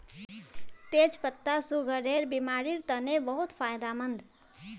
तेच पत्ता सुगरेर बिमारिर तने बहुत फायदामंद